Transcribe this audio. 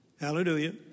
Hallelujah